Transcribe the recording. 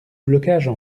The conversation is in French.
blocages